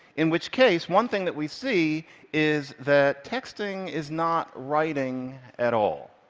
in which case, one thing that we see is that texting is not writing at all.